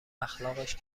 اخلاقش